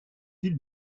ville